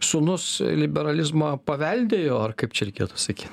sūnus liberalizmą paveldėjo kaip ar kaip čia reikėtų sakyt